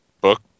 book